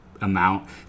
amount